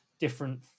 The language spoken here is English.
different